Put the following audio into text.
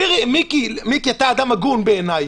מיקי, אתה אדם הגון בעיניי.